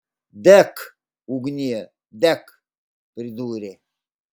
dek ugnie dek pridūrė